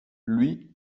lui